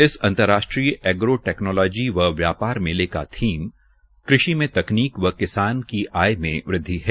इस अंतर्राष्ट्रीय agro technology व व्यापार मेले का थीम कृषि में तकनीक व किसान की आय में वृद्वि है